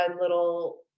little